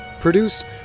Produced